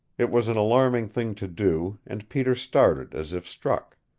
it was an alarming thing to do and peter started as if struck.